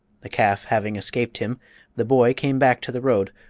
the calf having escaped him the boy came back to the road,